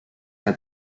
que